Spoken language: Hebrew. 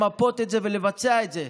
למפות את זה ולבצע את זה.